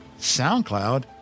SoundCloud